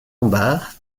lombard